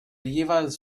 jeweils